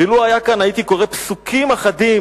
ואילו היה כאן הייתי קורא פסוקים אחדים,